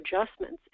adjustments